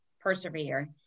persevere